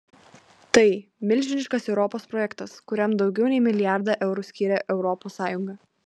tai milžiniškas europos projektas kuriam daugiau nei milijardą eurų skyrė europos sąjunga